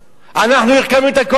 אנחנו הרכבנו את הקואליציה.